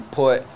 put